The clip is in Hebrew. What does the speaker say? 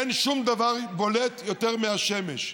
אין שום דבר בולט יותר מהשמש.